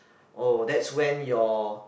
oh that's went your